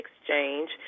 Exchange